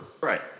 Right